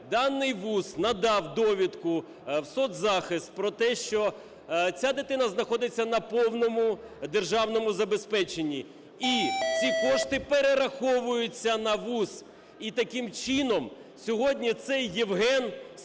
даний вуз надав довідку в соцзахист про те, що ця дитина знаходиться на повному державному забезпеченні і ці кошти перераховуються на вуз, і таким чином сьогодні цей Євген сплачує